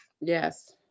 Yes